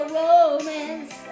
romance